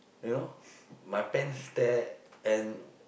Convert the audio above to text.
you know my pants tear and